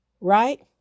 right